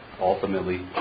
Ultimately